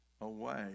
away